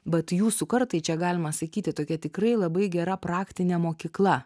bet jūsų kartai čia galima sakyti tokia tikrai labai gera praktinė mokykla